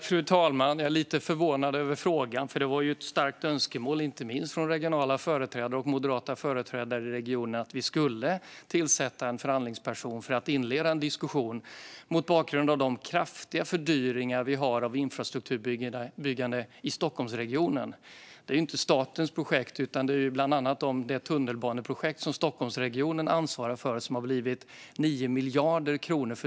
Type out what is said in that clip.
Fru talman! Jag blir lite förvånad över frågan. Det var ju ett starkt önskemål från inte minst regionala företrädare och moderata företrädare i regionen att vi skulle tillsätta en förhandlingsperson för att inleda en diskussion mot bakgrund av de kraftiga fördyringar som finns inom infrastrukturbyggandet i Stockholmsregionen. Det här är inte statens projekt, utan detta gäller bland annat det tunnelbaneprojekt som Stockholmsregionen ansvarar för och som har blivit fördyrat med 9 miljarder kronor.